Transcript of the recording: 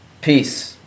Peace